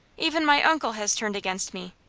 even my uncle has turned against me.